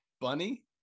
Bunny